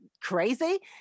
crazy